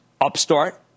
Upstart